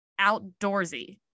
outdoorsy